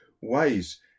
ways